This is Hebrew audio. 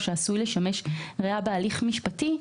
או שעשוי לשמש ראיה בהליך משפטי,